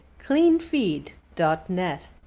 cleanfeed.net